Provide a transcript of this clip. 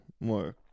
more